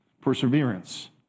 Perseverance